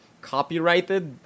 copyrighted